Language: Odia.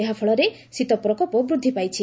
ଏହାଫଳରେ ଶୀତ ପ୍ରକୋପ ବୃଦ୍ଧି ପାଇଛି